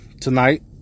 tonight